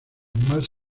más